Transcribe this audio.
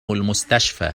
المستشفى